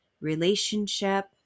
relationship